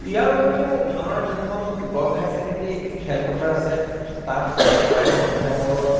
ইয়াৰ উপৰিও আমাৰ যোনখন গ'ভ হায়াৰ ছেকেণ্ডেৰী খেলপথাৰ আছে তাত প্ৰায় সন্ধিয়া পৰত